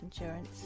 insurance